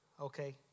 Okay